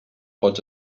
pots